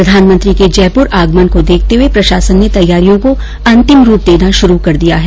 प्रधानमंत्री के जयपुर आगमन को देखते हुए प्रशासन ने तैयारियों को अंतिम रूप देना शुरू कर दिया है